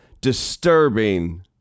disturbing